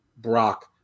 Brock